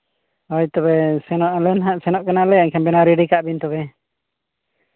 ᱦᱳᱭ ᱛᱚᱵᱮ ᱥᱮᱱᱚᱜ ᱟᱞᱮ ᱱᱟᱦᱟᱸᱜ ᱥᱮᱱᱚᱜ ᱠᱟᱱᱟᱞᱮ ᱮᱱᱠᱷᱟᱱ ᱵᱮᱱᱟᱣ ᱨᱮᱰᱤ ᱠᱟᱜ ᱵᱮᱱ ᱛᱚᱵᱮ